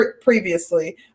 previously